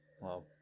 Wow